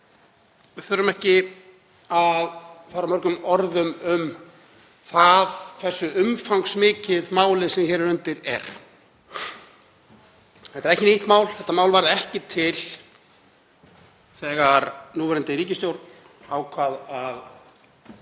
Við þurfum ekki að fara mörgum orðum um það hversu umfangsmikið málið sem hér er undir er. Þetta er ekki nýtt mál. Þetta mál varð ekki til þegar núverandi ríkisstjórn ákvað að